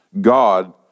God